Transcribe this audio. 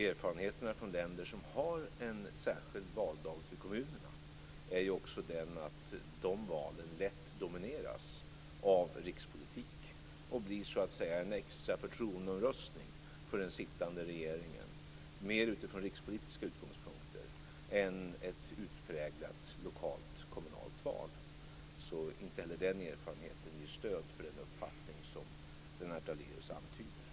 Erfarenheterna från länder som har en särskild valdag för kommunvalen visar också att de valen lätt domineras av rikspolitik. De blir så att säga en extra förtroendeomröstning för den sittande regeringen, mer utifrån rikspolitiska utgångspunkter än ett utpräglat lokalt kommunalt val. Inte heller den erfarenheten ger stöd för den uppfattning som Lennart Daléus antyder.